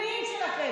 שכנים שלכם.